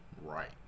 right